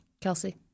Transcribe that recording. Kelsey